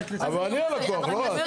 אבל אני הלקוח, לא את.